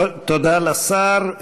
תודה לשר.